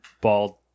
bald